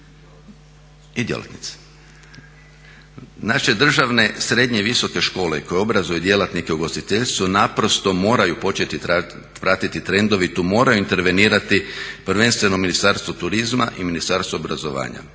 i djelatnica. Naše državne, srednje i visoke škole koje obrazuju djelatnike u ugostiteljstvu naprosto moraju početi pratiti trendove i tu moraju intervenirati prvenstveno Ministarstvo turizma i Ministarstvo obrazovanja